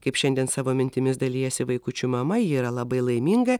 kaip šiandien savo mintimis dalijasi vaikučių mama ji yra labai laiminga